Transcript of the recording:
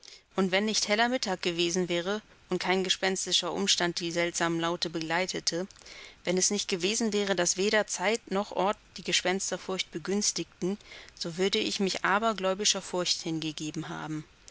und wenn nicht heller mittag gewesen wäre und kein gespenstischer umstand die seltsamen laute begleitete wenn es nicht gewesen wäre daß weder zeit noch ort die gespensterfurcht begünstigten so würde ich mich abergläubischer furcht hingegeben haben